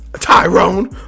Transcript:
tyrone